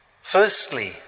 Firstly